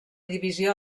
divisió